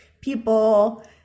people